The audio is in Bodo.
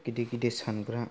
गिदिर गिदिर सानग्रा